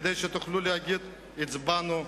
כדי שתוכלו להגיד "הצבענו בעד",